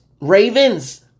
Ravens